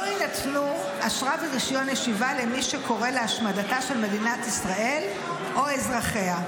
יינתנו אשרה ורישיון ישיבה למי שקורא להשמדתה של מדינת ישראל או אזרחיה,